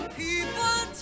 people